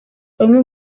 bamwe